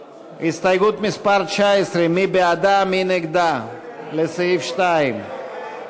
חברי הכנסת, בעד ההסתייגות, 49, נגדה, 64,